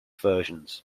versions